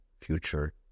future